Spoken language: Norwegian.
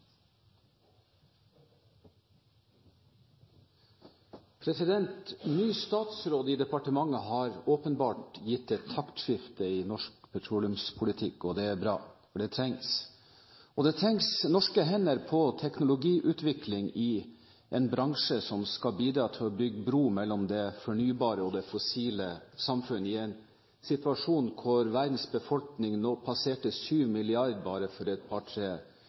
Ny statsråd i departementet har åpenbart gitt et taktskifte i norsk petroleumspolitikk. Det er bra, for det trengs. Det trengs norske hender til teknologiutvikling i en bransje som skal bidra til å bygge bro mellom det fornybare og det fossile samfunn i en situasjon hvor verdens befolkning passerte 7 milliarder mennesker bare for et